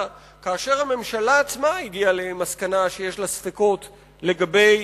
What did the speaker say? כאשר הממשלה עצמה הגיעה למסקנה שיש לה ספקות לגבי